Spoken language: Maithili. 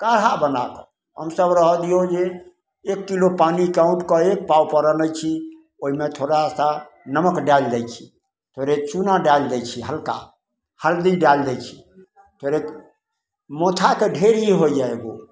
काढ़ा बनाकऽ हमसभ रहऽ दिऔ जे एक किलो पानीके औँटिकऽ एक पाव कऽ लै छी ओहिमे थोड़ा सा नमक डालि दै छी थोड़े चूना डालि दै छी हल्का हरदि डालि दै छी थोड़ेक मोथाके ढेरी होइए एगो